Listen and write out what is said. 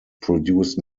produced